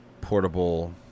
portable